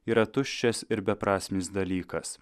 yra tuščias ir beprasmis dalykas